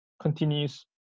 continues